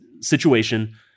situation